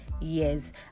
years